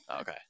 Okay